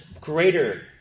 Greater